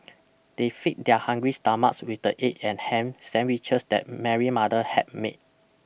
they feed their hungry stomachs with the egg and ham sandwiches that Mary mother had made